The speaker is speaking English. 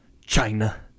China